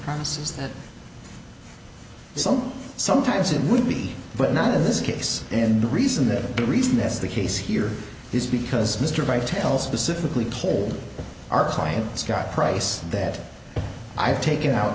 promises that some sometimes it would be but not in this case and the reason that the reason that's the case here is because mr vitale specifically told our client scott price that i have taken out